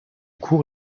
cours